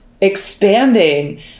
expanding